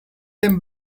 them